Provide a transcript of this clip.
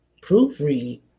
Proofread